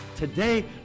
Today